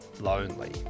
lonely